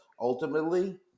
ultimately